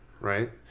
right